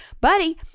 buddy